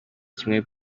kimwe